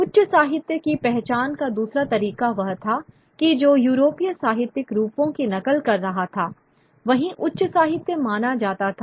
उच्च साहित्य की पहचान का दूसरा तरीका वह था कि जो यूरोपीय साहित्यिक रूपों की नकल कर रहा था वहीं उच्च साहित्य माना जाता था